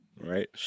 Right